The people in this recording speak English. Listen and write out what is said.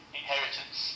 inheritance